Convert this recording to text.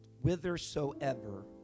whithersoever